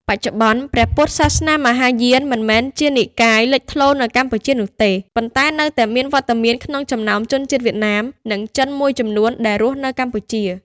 បច្ចុប្បន្ន ព្រះពុទ្ធសាសនាមហាយានមិនមែនជានិកាយលេចធ្លោនៅកម្ពុជានោះទេ ប៉ុន្តែនៅតែមានវត្តមានក្នុងចំណោមជនជាតិវៀតណាម និងចិនមួយចំនួនដែលរស់នៅកម្ពុជា។